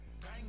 Bang